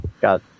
got